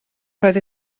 roedd